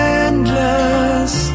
endless